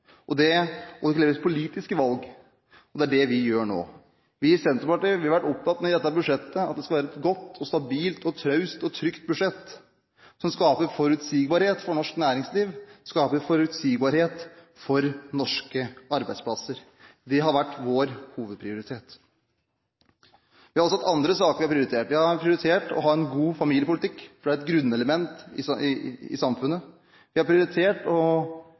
økonomiske valg. Det kreves politiske valg. Det er det vi gjør nå. Vi i Senterpartiet har vært opptatt av at dette budsjettet skal være et godt, stabilt, traust og trygt budsjett, som skaper forutsigbarhet for norsk næringsliv, skaper forutsigbarhet for norske arbeidsplasser. Det har vært vår hovedprioritet. Vi har også hatt andre saker å prioritere. Vi har prioritert å ha en god familiepolitikk, for det er et grunnelement i samfunnet. Vi har prioritert å bedre kårene for pendlere, for vi er avhengige av at folk er villig til å reise og